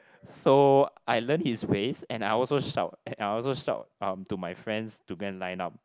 so I learn his ways and I also shout and I also shout um to my friends to go and line up